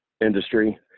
industry